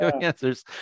Answers